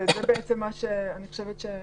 זה בעצם הרעיון.